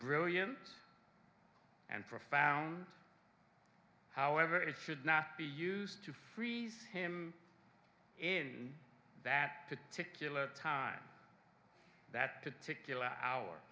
brilliant and profound however it should not be used to freeze him in that particular time that particular hour